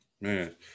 man